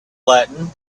latin